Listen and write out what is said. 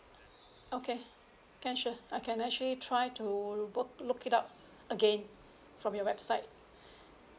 okay can sure I can actually try to work look it up again from your website